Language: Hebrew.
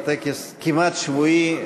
בטקס כמעט שבועי,